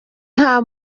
nta